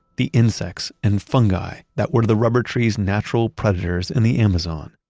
the insects and fungi that were the rubber tree's natural predators in the amazon.